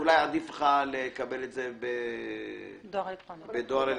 אם עדיף לי לקבל את זה בדואר אלקטרוני.